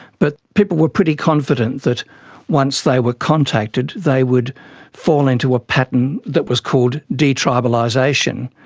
but people were pretty confident that once they were contacted they would fall into a pattern that was called detribalisation,